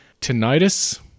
Tinnitus